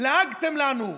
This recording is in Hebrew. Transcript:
לעגתם לנו: